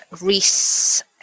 Reese